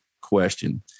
question